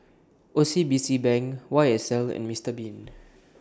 O C B C Bank Y S L and Mister Bean